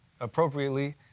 appropriately